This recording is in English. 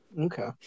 Okay